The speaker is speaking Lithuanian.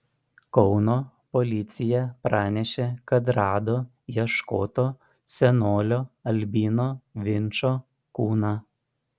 kauno policija pranešė kad rado ieškoto senolio albino vinčo kūną